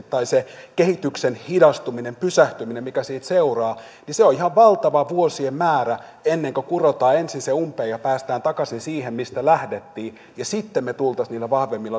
tai se kehityksen hidastuminen pysähtyminen mikä siitä seuraa ihan konkreettisesti se on ihan valtava vuosien määrä ennen kuin kurotaan ensin se umpeen ja päästään takaisin siihen mistä lähdettiin se että sitten me tulisimme niillä vahvemmilla